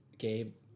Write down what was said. Gabe